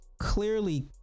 clearly